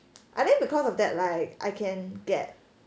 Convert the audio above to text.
I think because of that like I can get